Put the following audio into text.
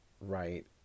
right